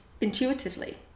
intuitively